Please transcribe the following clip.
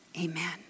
Amen